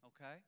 Okay